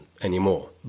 anymore